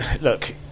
look